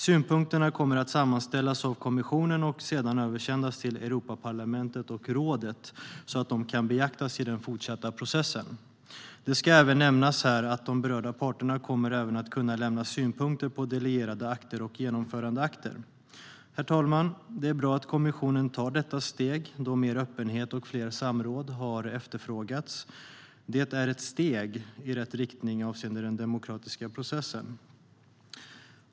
Synpunkterna kommer att sammanställas av kommissionen och sedan översändas till Europaparlamentet och rådet så att de kan beaktas i den fortsatta processen. Det ska nämnas här att de berörda parterna även kommer att kunna lämna synpunkter på delegerade akter och genomförandeakter. Herr talman! Det är bra att kommissionen tar detta steg, då mer öppenhet och fler samråd har efterfrågats. Det är ett steg i rätt riktning avseende den demokratiska processen.